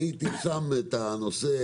אני הייתי שם את הנושא,